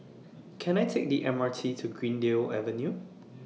Can I Take The M R T to Greendale Avenue